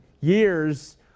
years